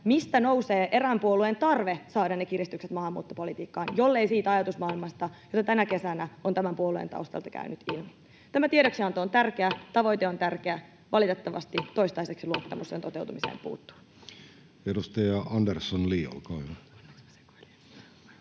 mistä nousee erään puolueen tarve saada ne kiristykset maahanmuuttopolitiikkaan, jollei siitä ajatusmaailmasta, jota tänä kesänä on tämän puolueen taustalta käynyt ilmi. Tämä tiedoksianto on tärkeä, tavoite on tärkeä. Valitettavasti toistaiseksi luottamus sen toteutumiseen puuttuu. [Speech 35] Speaker: